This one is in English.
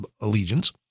allegiance